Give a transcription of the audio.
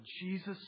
Jesus